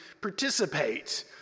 participate